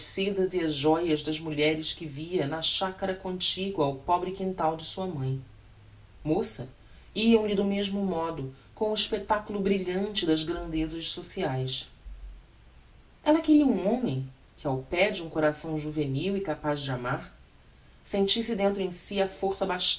sedas e as joias das mulheres que via na chacara contigua ao pobre quintal de sua mãe moça iam lhe do mesmo modo com o espectaculo brilhante das grandezas sociaes ella queria um homem que ao pé de um coração juvenil e capaz de amar sentisse dentro em si a força